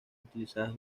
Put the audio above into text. utilizadas